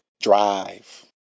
drive